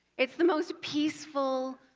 it's the most peaceful,